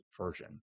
version